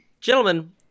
gentlemen